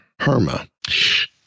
Herma